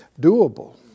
doable